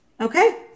Okay